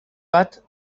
bat